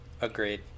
Agreed